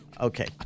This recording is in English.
Okay